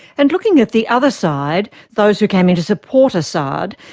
and looking at the other side, those who came in to support assad,